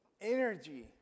energy